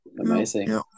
Amazing